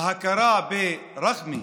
ההכרה ברח'מה,